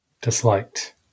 disliked